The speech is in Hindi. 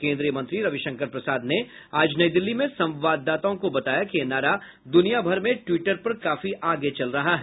केन्द्रीय मंत्री रविशंकर प्रसाद ने आज नई दिल्ली में संवाददाताओं को बताया कि यह नारा दुनिया भर में ट्वीटर पर काफी आगे चल रहा है